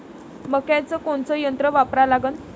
मक्याचं कोनचं यंत्र वापरा लागन?